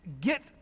get